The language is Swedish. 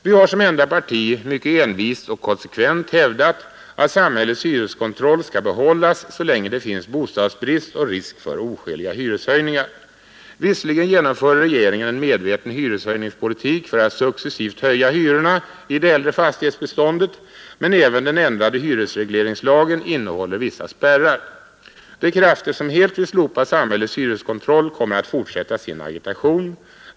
Vi har som enda parti mycket envist och konsekvent hävdat att samhällets hyreskontroll skall bibehållas så länge det finns bostadsbrist och risk för oskäliga hyreshöjningar. Visserligen genomför regeringen en medveten hyreshöjningspolitik för att successivt höja hyrorna i det äldre fastighetsbeståndet, men även den ändrade hyresregleringslagen innehåller vissa spärrar. De krafter som helt vill slopa samhällets hyreskontroll kommer att fortsätta sin agitation.